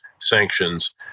sanctions